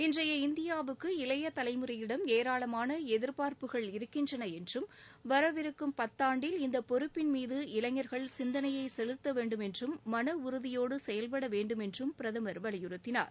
இன்றைய இந்தியாவுக்கு இளைய தலைமுறையிடம் ஏராளமான எதிர்பார்ப்புகள் இருக்கின்றன என்றும் வரவிருக்கும் பத்தாண்டில் இந்த பொறுப்பின்மீது இளைஞர்கள் சிந்தனையை செலுத்த வேண்டும் என்றும் மனஉறுதியோடு செயல்பட வேண்டும் என்றும் பிரதமர் வலியுறுத்தினார்